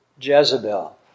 Jezebel